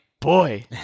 boy